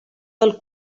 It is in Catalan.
del